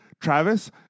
travis